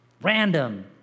Random